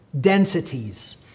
densities